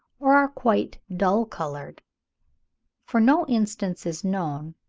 or are quite dull coloured for no instance is known,